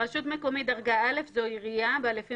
רשות מקומית דרגה א' זו עירייה בה לפי